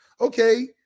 Okay